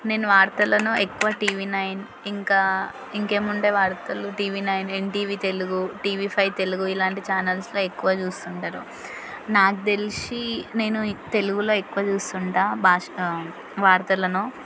నేను వార్తలను ఎక్కువగా టీవీ నైన్ ఇంకా ఇంకేమి ఉంటాయి వార్తలు TV nine NTV Telugu TV five Telugu ఇలాంటి ఛానల్స్లో ఎక్కువ చూస్తుంటాను నాకు తెలిసి నేను తెలుగులో ఎక్కువ చూస్తుంటా భాషా వార్తలను